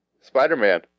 Spider-Man